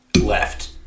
left